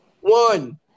One